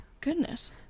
Goodness